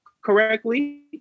correctly